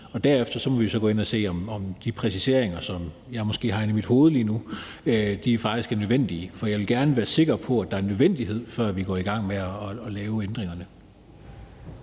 Derefter må vi jo så gå ind og se, om de præciseringer, jeg måske har ind i mit hoved lige nu, faktisk er nødvendige. For jeg vil gerne være sikker på, at der er en nødvendighed, før vi går i gang med at lave ændringerne.